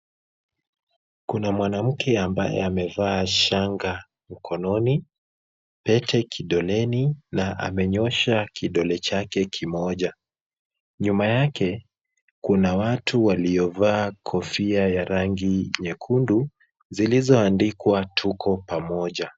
Kuna mwanamke ambaye amevaa shanga mkononi, pete kidoleni na amenyosha kidole chake kimoja. Nyuma yake, kuna watu waliovaa kofia ya rangi nyekundu, zilizoandikwa tuko pamoja.